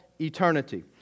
eternity